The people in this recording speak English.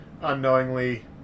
unknowingly